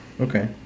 okay